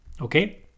Okay